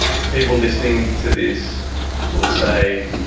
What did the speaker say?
people listening to this will say,